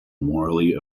morally